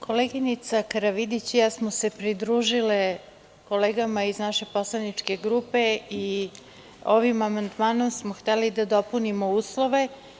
Koleginica Karavidić i ja smo se pridružile kolegama iz naše poslaničke grupe i ovim amandmanom smo hteli da dopunimo uslove.